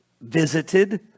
visited